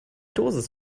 dosis